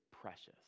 precious